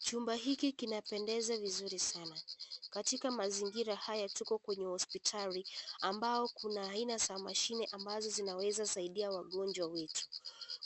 Chumba hiki kinapendeza vizuri sana. Katika mazingira haya tuko kwenye hopsitali ambayo kuna aina ya mashine ambazo zinaweza kusaidia wagonjwa wetu.